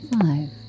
five